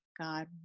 God